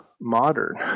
modern